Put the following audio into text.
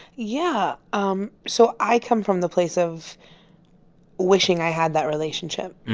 yeah. um so i come from the place of wishing i had that relationship.